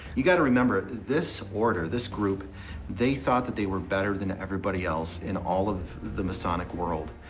you got to remember, this order, this group they thought that they were better than everybody else in all of the masonic world.